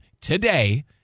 today